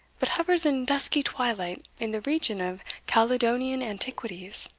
but hovers in dusky twilight in the region of caledonian antiquities.